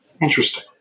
Interesting